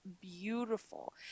beautiful